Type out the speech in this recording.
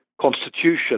constitution